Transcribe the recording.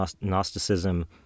Gnosticism